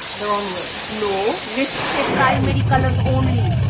they're on the list. no, list say primary colors only.